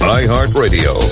iHeartRadio